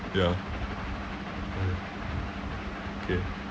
ya okay ya okay